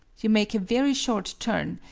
you make a very short turn,